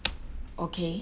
okay